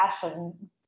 fashion